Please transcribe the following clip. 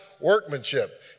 workmanship